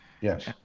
Yes